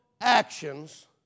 actions